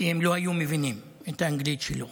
כי הם לא היו מבינים את האנגלית שלו,